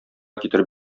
китереп